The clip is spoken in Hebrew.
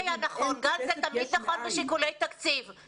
כל כסף שיופנה למשרד החינוך עכשיו בא על חשבון תקציב אחר,